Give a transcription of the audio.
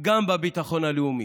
גם בביטחון הלאומי.